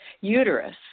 uterus